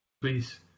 please